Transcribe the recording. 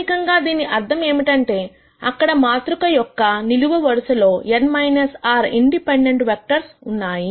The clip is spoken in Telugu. ప్రాథమికంగా దీని అర్థం ఏమిటంటే అక్కడ మాతృక యొక్క నిలువు వరుసలో n r ఇండిపెండెంట్ వెక్టర్స్ ఉన్నాయి